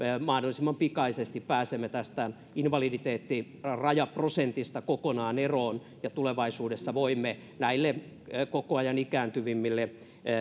mahdollisimman pikaisesti pääsemme tästä invaliditeettirajaprosentista kokonaan eroon ja tulevaisuudessa voimme näille koko ajan ikääntyvämmille